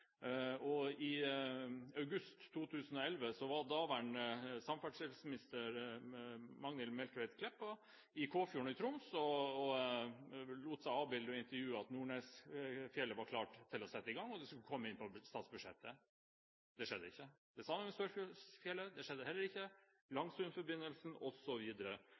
og i august 2011 var daværende samferdselsminister Magnhild Meltveit Kleppa i Kåfjord i Troms og lot seg avbilde og bli intervjuet om at man var klar til å sette i gang når det gjaldt Nordnesfjellet, og det skulle komme inn på statsbudsjettet. Det skjedde ikke. Det samme med Sørkjosfjellet, det skjedde heller ikke,